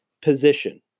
position